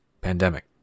pandemic